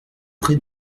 pré